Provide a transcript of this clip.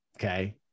Okay